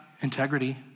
integrity